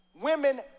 women